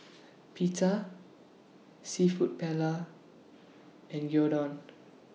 Pita Seafood Paella and Gyudon